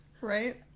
Right